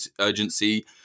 urgency